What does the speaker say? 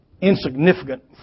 insignificant